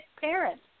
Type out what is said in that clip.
parents